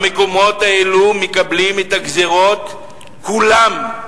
במקומות האלו מקבלים את הגזירות כולן,